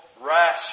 rash